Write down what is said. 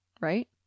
right